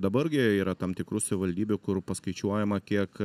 dabar gi yra tam tikrų savivaldybių kur paskaičiuojama kiek